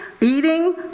eating